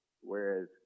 whereas